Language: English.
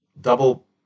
double